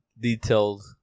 detailed